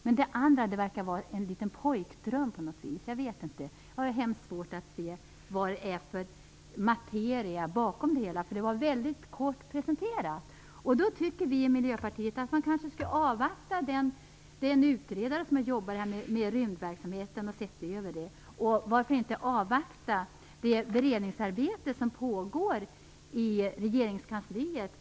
I övrigt verkar det på något vis vara fråga om en pojkdröm. Jag vet inte, men jag har mycket svårt att se vilken materia som finns bakom det hela. Det här är ju så kort presenterat. Därför tycker vi i Miljöpartiet att vi kanske skulle avvakta vad den utredare har att säga som jobbat med rymdverksamheten och som har sett över detta. Och varför inte avvakta det beredningsarbete på detta område som pågår i regeringskansliet?